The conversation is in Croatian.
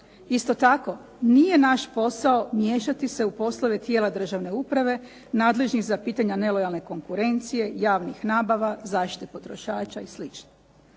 Isto tako nije naš posao miješati se u posao tijela državne uprave, nadležni za pitanja nelojalne konkurencije, javnih nabava, zaštite potrošača i